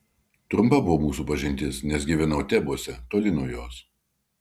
trumpa buvo mūsų pažintis nes gyvenau tebuose toli nuo jos